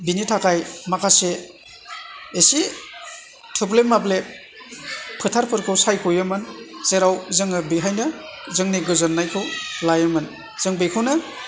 बिनि थाखाय माखासे एसे थोब्ले माब्ले फोथारफोरखौ सायख'योमोन जेराव जोङो बेहायनो जोंनि गोजोन्नायखौ लायोमोन जों बेखौनो